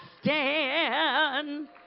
stand